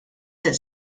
that